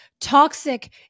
toxic